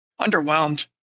underwhelmed